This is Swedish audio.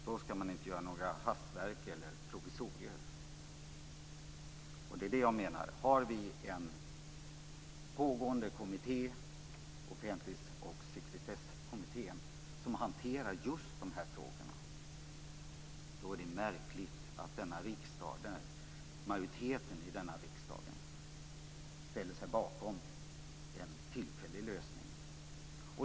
Då ska man inte göra några hastverk eller provisorier. När vi nu har en pågående offentlighets och sekretesskommitté som hanterar just dessa frågor, är det märkligt att majoriteten i denna riksdag ställer sig bakom en tillfällig lösning.